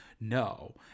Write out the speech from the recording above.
no